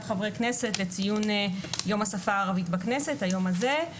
חברי כנסת לציון יום השפה הערבית בכנסת היום הזה.